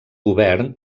govern